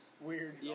weird